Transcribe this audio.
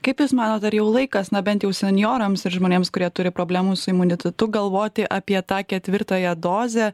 kaip jūs manot ar jau laikas na bent jau senjorams ir žmonėms kurie turi problemų su imunitetu galvoti apie tą ketvirtąją dozę